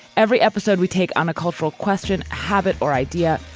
every episode we take on a cultural question, habit or idea.